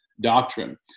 doctrine